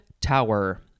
tower